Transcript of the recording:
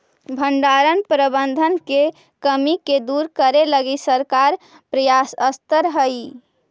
भण्डारण प्रबंधन के कमी के दूर करे लगी सरकार प्रयासतर हइ